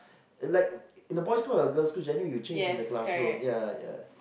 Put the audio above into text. it like in the boy school or girl school you all change in the classroom yeah yeah